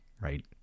right